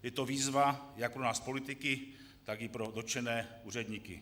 Je to výzva jak pro nás politiky, tak i pro dotčené úředníky.